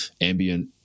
ambient